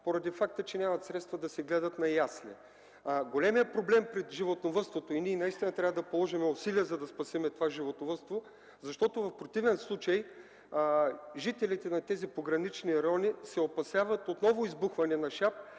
поради факта, че няма средства да се гледат на ясли. Големият проблем пред животновъдството и наистина трябва да положим усилия, за да спасим това животновъдство, защото в противен случай жителите на тези погранични райони се опасяват от ново избухване на шап.